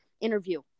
interview